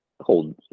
hold